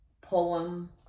poem